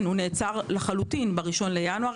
בינואר לחלוטין,